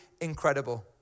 incredible